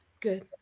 Good